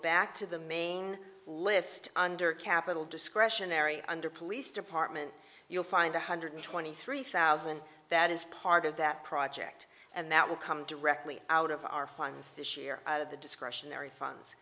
back to the main list under capital discretionary under police department you'll find one hundred twenty three thousand that is part of that project and that will come directly out of our funds this year out of the discretionary funds